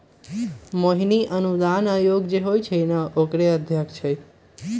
मोहिनी अनुदान आयोग जे होई छई न ओकरे अध्यक्षा हई